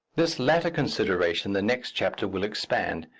this latter consideration the next chapter will expand,